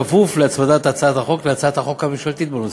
בכפוף להצמדת הצעת החוק להצעת החוק הממשלתית בנושא.